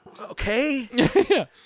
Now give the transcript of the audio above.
okay